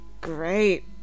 great